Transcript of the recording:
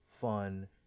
fun